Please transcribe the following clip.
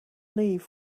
leave